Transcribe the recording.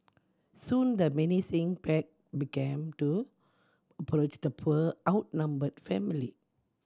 soon the menacing pack began to approach the poor outnumbered family